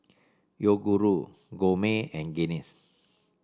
Yoguru Gourmet and Guinness